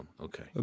okay